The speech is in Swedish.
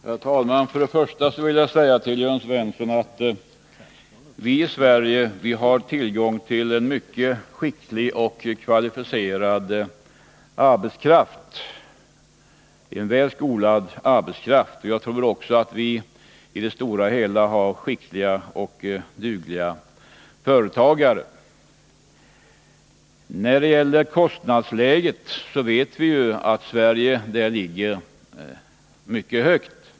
Herr talman! Först och främst vill jag säga till Jörn Svensson att vi i Sverige har tillgång till mycket skicklig och kvalificerad arbetskraft, en väl skolad arbetskraft. Jag tror också att vi i det stora hela har skickliga och dugliga företagare. När det gäller kostnadsläget vet vi ju att Sverige ligger mycket högt.